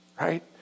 Right